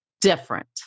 different